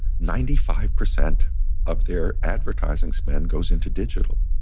ninety five percent of their advertising spend goes into digital.